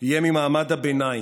יהיה ממעמד הביניים,